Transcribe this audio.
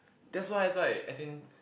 that's why that's why as in